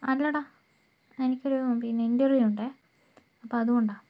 അല്ലെടാ എനിക്കൊരു പിന്നെ ഇൻ്റർവ്യൂ ഉണ്ടേ അപ്പോൾ അതുകൊണ്ടാണ്